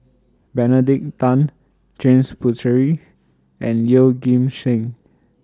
Benedict Tan James Puthucheary and Yeoh Ghim Seng